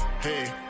Hey